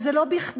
וזה לא בכדי.